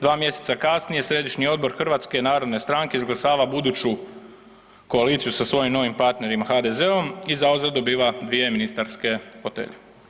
Dva mjeseca kasnije Središnji odbor HNS-a izglasava buduću koaliciju sa svojim novim partnerima HDZ-om i za uzvrat dobiva dvije ministarske fotelje.